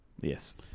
Yes